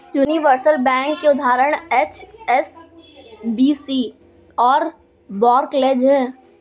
universal bank के उदाहरण HSBC और बार्कलेज हैं